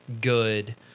good